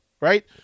right